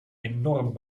enorm